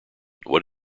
what